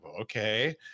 okay